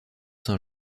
saint